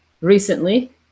recently